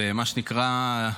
ומה שנקרא,